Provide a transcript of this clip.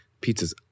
pizza's